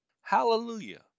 Hallelujah